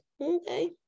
Okay